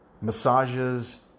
massages